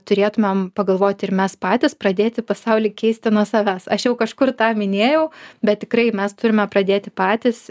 turėtumėm pagalvoti ir mes patys pradėti pasaulį keisti nuo savęs aš jau kažkur tą minėjau bet tikrai mes turime pradėti patys